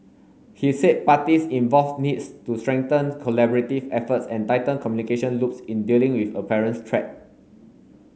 he said parties involved needs to strengthen collaborative efforts and tighten communication loops in dealing with apparent threat